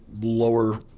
lower